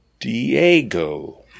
Diego